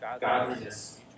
godliness